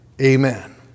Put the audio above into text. Amen